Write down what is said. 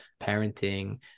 parenting